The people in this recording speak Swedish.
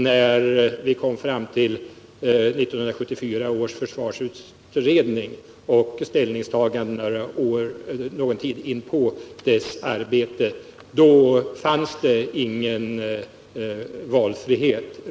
När vi kom fram till 1974 års försvarsutredning fanns inte denna valfrihet.